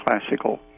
classical